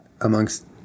amongst